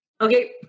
Okay